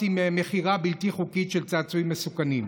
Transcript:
על מכירה בלתי חוקית של צעצועים מסוכנים.